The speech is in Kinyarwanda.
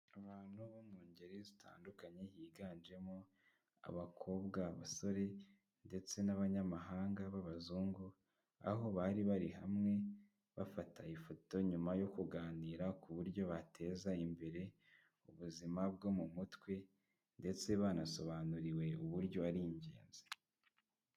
Abantu bo mu ngeri zitandukanye higanjemo abakobwa, abasore ndetse n'abanyamahanga b'abazungu, aho bari bari hamwe, bafata ifoto nyuma yo kuganira ku buryo bateza imbere, ubuzima bwo mu mutwe ndetse banasobanuriwe uburyo ari ingenzi.